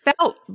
felt